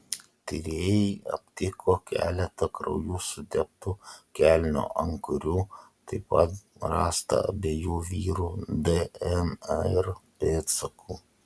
tyrėjai aptiko keletą krauju suteptų kelnių ant kurių taip pat rasta abiejų vyrų dnr pėdsakų